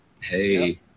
Hey